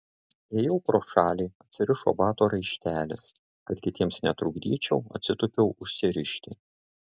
ėjau pro šalį atsirišo bato raištelis kad kitiems netrukdyčiau atsitūpiau užsirišti